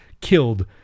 killed